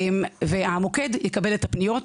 המוקד יקבל את הפניות,